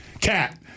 Cat